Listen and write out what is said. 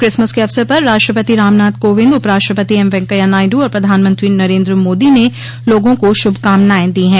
Christmas के अवसर पर राष्ट्रपति रामनाथ कोविंद उपराष्ट्रपति एमवैकैया नायडू और प्रधानमंत्री नरेन्द्र मोदी ने लोगों को शूभकामनायें दी है